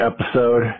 episode